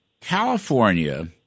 California